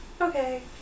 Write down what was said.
okay